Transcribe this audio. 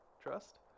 trust